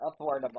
affordable